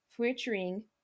featuring